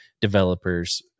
developers